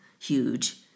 huge